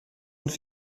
und